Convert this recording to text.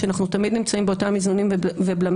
שאנחנו תמיד נמצאים באותם איזונים ובלמים,